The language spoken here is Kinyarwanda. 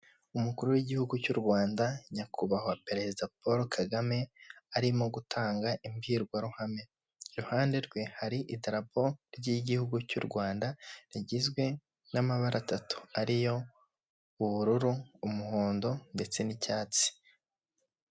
Umunara muremure cyane w'itumanaho uri mu mabara y'umutuku ndetse n'umweru bigaragara ko ari uwa eyateri hahagaze abatekinisiye bane bigaragara yuko bari gusobanurira aba bantu uko uyu munara ukoreshwa aha bantu bari gusobanurira bambaye amajire y'umutuku.